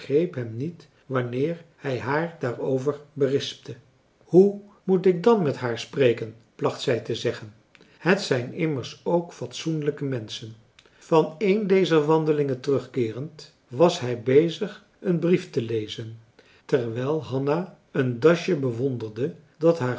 hem niet wanneer hij haar daarover berispte hoe moet ik dan met haar spreken placht zij te zeggen het zijn immers ook fatsoenlijke menschen van een dezer wandelingen teruggekeerd was hij bezig een brief te lezen terwijl hanna een dasje bewonderde dat haar